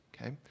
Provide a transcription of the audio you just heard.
okay